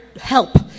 help